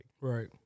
Right